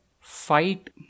fight